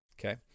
Okay